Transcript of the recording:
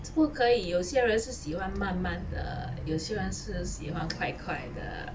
不可以有些人是喜欢慢慢的有些人是喜欢快快的